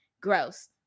Gross